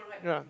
ya